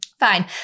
Fine